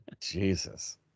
Jesus